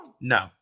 no